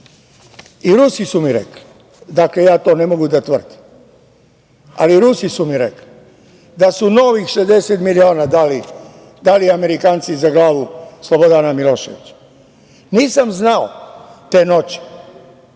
i Rusi su mi rekli, dakle, ja to ne mogu da tvrdim, ali Rusi su mi rekli da su novih 60 miliona dali Amerikanci za glavu Slobodana Miloševića. Nisam znao te noći